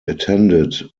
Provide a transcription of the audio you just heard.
attended